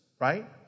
right